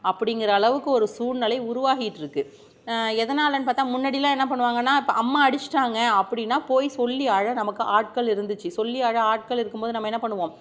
அப்படிங்குற அளவுக்கு ஒரு சூழ்நிலை உருவாகிட்டிருக்கு எதனால் பார்த்தா முன்னாடிலான் என்ன பண்ணுவாங்கன்னால் இப்போ அம்மா அடித்துட்டாங்க அப்படின்னா போய் சொல்லி அழ நமக்கு ஆட்கள் இருந்துச்சு சொல்லி அழ ஆட்கள் இருக்கும்போது நம்ம என்ன பண்ணுவோம்